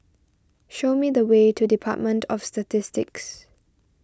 show me the way to Department of Statistics